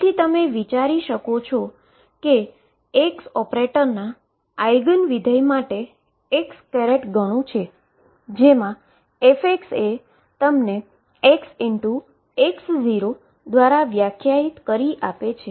તેથી તમે વિચારી શકો છો કે x ઓપરેટરના આઈગન ફંક્શન માટે x ગણુ છે જેમા f એ તમને xx0 વ્યાખ્યાયિત કરી આપે છે